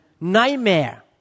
nightmare